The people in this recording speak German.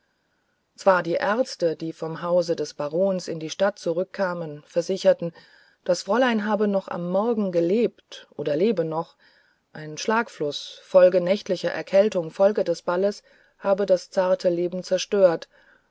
zwar die ärzte die vom hause des barons in die stadt zurückkamen versicherten das fräulein habe noch am morgen gelebt oder lebe noch ein schlagfluß folge nächtlicher erkältung folge des balles habe das zarte leben zerstört